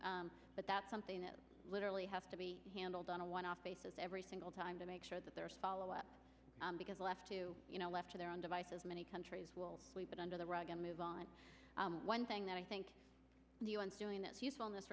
too but that's something that literally have to be handled on a one off basis every single time to make sure that there is follow up because left to you know left to their own devices many countries will sweep it under the rug and move on one thing that i think the u s doing that's useful in this